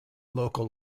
local